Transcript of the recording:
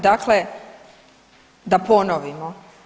Dakle, da ponovimo.